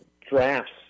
drafts